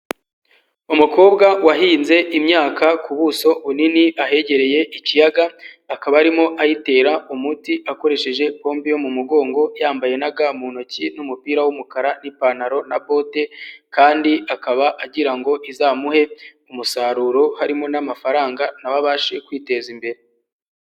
Umukobwa wahinze imyaka ku buso bunini ahegereye ikiyaga, akaba arimo ayitera umuti akoresheje pompo yo mu mugongo yambaye n'aga mu ntoki n'umupira w'umukara n'ipantaro na bote kandi akaba agira ngo izamuhe umusaruro, harimo n'amafaranga na we abashe kwiteza imbere.